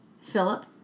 Philip